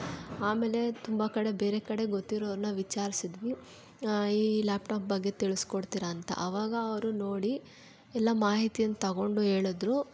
ಆಮೇಲೆ ತುಂಬ ಕಡೆ ಬೇರೆ ಕಡೆ ಗೊತ್ತಿರೋರನ್ನ ವಿಚಾರಿಸಿದ್ವಿ ಈ ಲ್ಯಾಪ್ ಟಾಪ್ ಬಗ್ಗೆ ತಿಳಸ್ಕೊಡ್ತಿರಾ ಅಂತ ಆವಾಗ ಅವರು ನೋಡಿ ಎಲ್ಲ ಮಾಹಿತಿಯನ್ನ ತಗೊಂಡು ಹೇಳಿದ್ರು